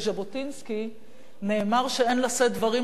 נאמר שאין לשאת דברים לזכרו אלא רק